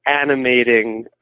animating